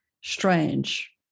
strange